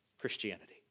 Christianity